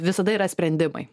visada yra sprendimai